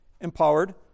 empowered